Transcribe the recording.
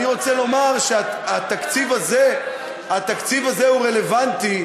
אני רוצה לומר שהתקציב הזה הוא רלוונטי,